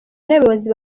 n’abayobozi